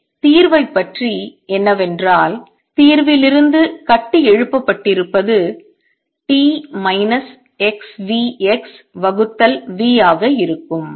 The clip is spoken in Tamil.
தீர்வைப் பற்றி என்னவென்றால் தீர்விலிருந்து கட்டியெழுப்பப்பட்டிருப்பது t minus x v x வகுத்தல் v ஆக இருக்கும்